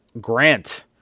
Grant